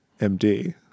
MD